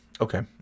Okay